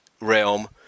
realm